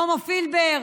מומו פילבר,